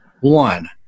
one